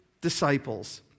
disciples